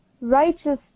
righteous